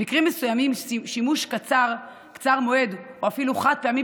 במקרים מסוימים שימוש קצר מועד או אפילו חד-פעמי